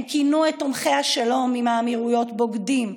כינו את תומכי השלום עם האמירויות בוגדים,